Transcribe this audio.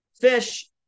Fish